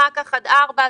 ואחר כך עד ארבע.